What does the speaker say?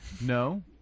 No